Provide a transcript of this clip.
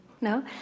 No